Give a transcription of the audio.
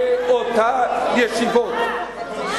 באותן ישיבות.